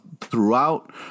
throughout